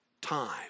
time